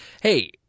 Hey